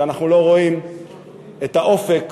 שאנחנו לא רואים את האופק